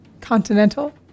Continental